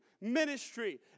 ministry